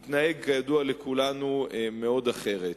התנהג, כידוע לכולנו, מאוד אחרת.